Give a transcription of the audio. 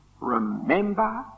Remember